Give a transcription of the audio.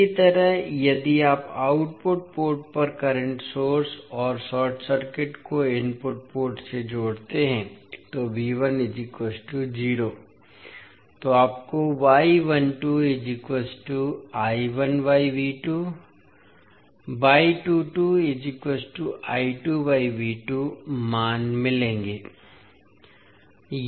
इसी तरह यदि आप आउटपुट पोर्ट पर करंट सोर्स और शॉर्ट सर्किट को इनपुट पोर्ट से जोड़ते हैं तो तो आपको मान मिलेंगे